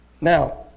now